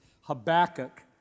Habakkuk